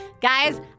Guys